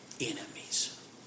enemies